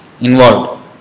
involved